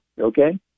Okay